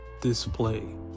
display